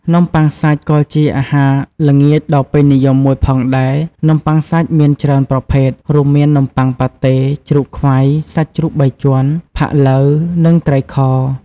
នំបុ័ងសាច់ ក៏ជាអាហារល្ងាចដ៏ពេញនិយមមួយផងដែរ នំបុ័ងសាច់់មានច្រើនប្រភេទ រួមមាននំប័ុងប៉ាតេ ជ្រូកខ្វៃ សាច់ជ្រូកបីជាន់ ផាក់ឡូវ និងត្រីខ។